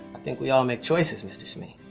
i think we all make choices, mr. smee.